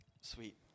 Sweet